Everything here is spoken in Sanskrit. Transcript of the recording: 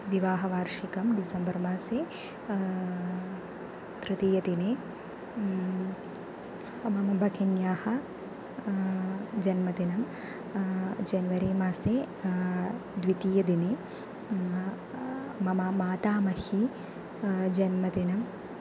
विवाहवार्षिकं डिसेम्बर् मासे तृतीयदिने मम भगिन्याः जन्मदिनं जन्वरी मासे द्वितीयदिने मम मातामह्याः जन्मदिनं